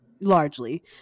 largely